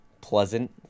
pleasant